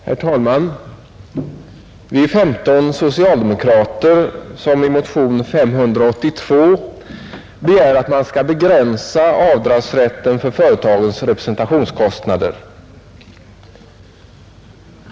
Herr talman! Vi är femton socialdemokrater, som i motion 582 begär att man skall begränsa avdragsrätten för företagens representationskostnader.